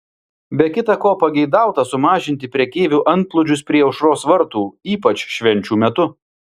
be kita ko pageidauta sumažinti prekeivių antplūdžius prie aušros vartų ypač švenčių metu